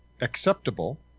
acceptable